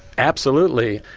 absolutely,